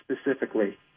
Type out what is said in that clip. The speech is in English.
specifically